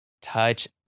touch